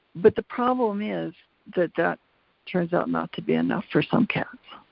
but the problem is that that turns out not to be enough for some cats.